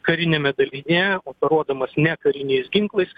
kariniame dalinyje operuodamas nekariniais ginklais